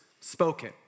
spoken